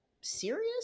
serious